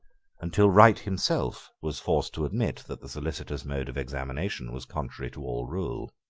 and till wright himself was forced to admit that the solicitor's mode of examination was contrary to all rule.